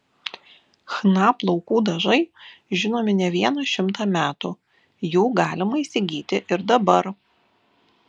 chna plaukų dažai žinomi ne vieną šimtą metų jų galima įsigyti ir dabar